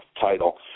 title